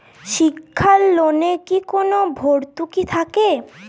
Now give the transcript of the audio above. শিক্ষার লোনে কি কোনো ভরতুকি থাকে?